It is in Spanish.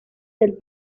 del